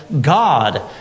God